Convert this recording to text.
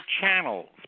Channels